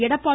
Edappadi